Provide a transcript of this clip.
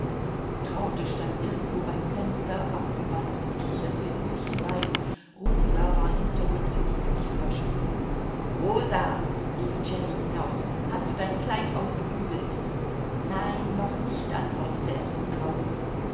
traute stand irgendwo beim fenster abgewandt und kicherte in sich hinein rosa war hinterrücks in die küche verschwunden rosa rief jenny hinaus hast du dein kleid ausgebügelt nein noch nicht antwortete es von draußen